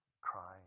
Crying